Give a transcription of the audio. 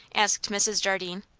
asked mrs. jardine.